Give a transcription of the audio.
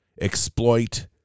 exploit